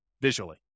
visually